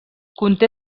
conté